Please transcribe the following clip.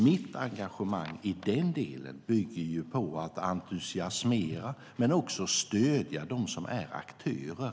Mitt engagemang i den delen är att entusiasmera och stödja dem som är aktörer.